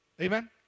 amen